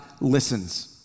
listens